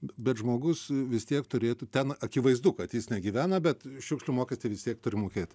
bet žmogus vis tiek turėtų ten akivaizdu kad jis negyvena bet šiukšlių mokestį vis tiek turi mokėt